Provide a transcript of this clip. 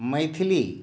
Maithili